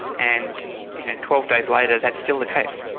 and twelve days later, that's still the case,